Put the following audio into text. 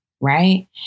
right